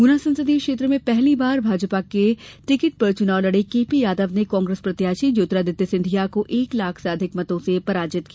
गुना संसदीय क्षेत्र में पहली बार भाजपा के टिकट पर चुनाव लड़े केपी यादव ने कांग्रेस प्रत्याशी ज्योतिरादित्य सिंधिया को एक लाख से अधिक मतों से पराजित किया